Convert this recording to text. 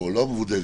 או לא המבודדת,